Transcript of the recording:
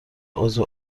عضو